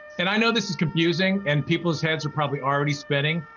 and i know this is confusing, and people's heads are probably already spinning.